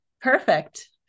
perfect